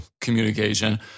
communication